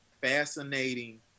fascinating